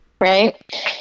Right